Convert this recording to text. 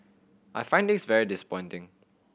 I find this very disappointing